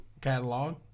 catalog